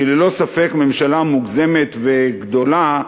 שהיא ללא ספק ממשלה מוגזמת וגדולה,